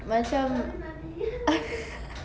macam